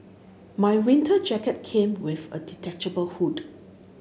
my winter jacket came with a detachable hood